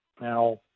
Now